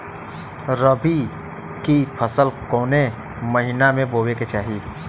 रबी की फसल कौने महिना में बोवे के चाही?